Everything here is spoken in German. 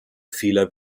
fehler